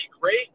great